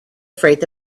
freight